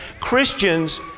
Christians